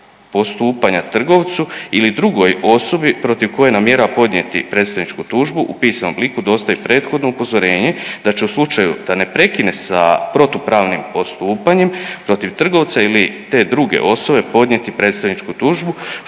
postupanja trgovcu ili drugoj osobi protiv koje namjerava podnijeti predstavničku tužbu u pisanom obliku dostavi prethodno upozorenje da će u slučaju da ne prekine sa protupravnim postupanjem protiv trgovca ili te druge osobe podnijeti predstavničku tužbu